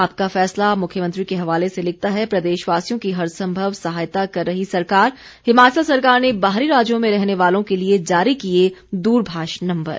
आपका फैसला मुख्यमंत्री के हवाले से लिखता है प्रदेशवासियों की हरसंभव सहायता कर रही सरकार हिमाचल सरकार ने बाहरी राज्यों में रहने वालों के लिए जारी किए दूरभाष नंबर